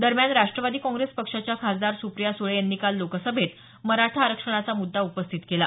दरम्यान राष्ट्रवादी काँग्रेस पक्षाच्या खासदार सुप्रिया सुळे यांनी काल लोकसभेत मराठा आरक्षणाचा मुद्दा उपस्थित केला